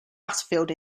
battlefield